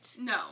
No